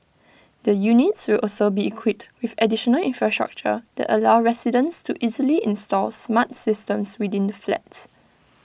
the units will also be equipped with additional infrastructure that allow residents to easily install smart systems within the flats